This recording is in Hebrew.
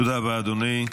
תודה רבה, אדוני.